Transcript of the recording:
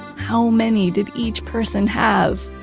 how many did each person have?